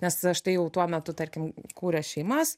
nes štai jau tuo metu tarkim kūrė šeimas